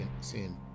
seeing